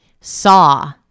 Saw